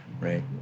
Right